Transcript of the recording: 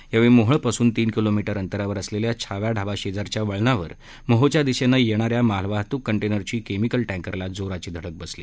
यावेळी मोहोळ पासून तीन किमी अंतरावर असलेल्या छावा ढाब्याशेजारच्या वळणावर मोहोळच्या दिशेने येणाऱ्या मालवाहतूक कंटेनरची केमिकल टँकरला जोराची धडक बसली